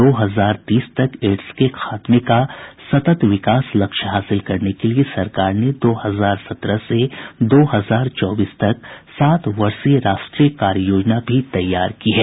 दो हजार तीस तक एड्स के खात्मे का सतत विकास लक्ष्य हासिल करने के लिये सरकार ने दो हजार सत्रह से दो हजार चौबीस तक सात वर्षीय राष्ट्रीय कार्य योजना भी तैयार की है